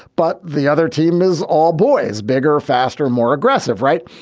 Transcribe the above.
but the other team is all boys. bigger, faster, more aggressive, right?